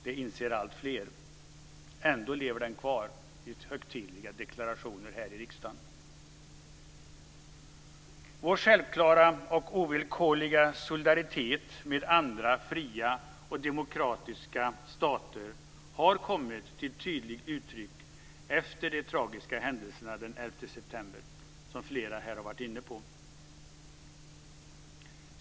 Det inser alltfler. Ändå lever den kvar vid högtidliga deklarationer här i riksdagen. Vår självklara och ovillkorliga solidaritet med andra fria och demokratiska stater har kommit till tydligt uttryck efter de tragiska händelserna den 11 september, som flera här har varit inne på.